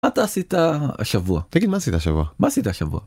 מה אתה עשית השבוע? -תגיד, מה עשית השבוע? מה עשית השבוע?